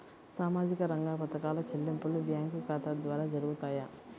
సామాజిక రంగ పథకాల చెల్లింపులు బ్యాంకు ఖాతా ద్వార జరుగుతాయా?